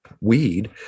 weed